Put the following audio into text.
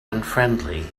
unfriendly